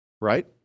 right